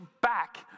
back